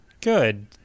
good